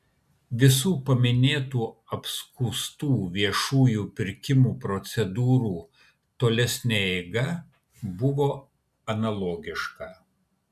visų paminėtų apskųstų viešųjų pirkimų procedūrų tolesnė eiga buvo analogiška